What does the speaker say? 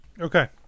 Okay